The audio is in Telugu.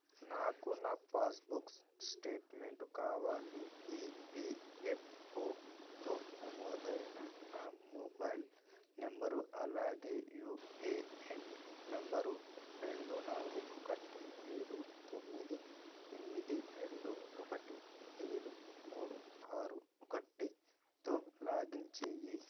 నాకు నా పాస్బుక్ స్టేట్మెంటు కావాలి ఈపీఎఫ్ఓతో నమోదైన నా మొబైల్ నంబరు అలాగే యూఏఎన్ నంబరు రెండు నాలుగు ఒకటి ఏడు తొమ్మిది ఎనిమిది రెండు ఒకటి ఏడు మూడు ఆరు ఒకటి తో లాగిన్ చేయి